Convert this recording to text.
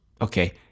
Okay